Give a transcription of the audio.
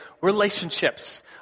relationships